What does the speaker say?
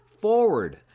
forward